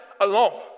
alone